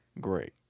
great